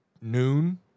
noon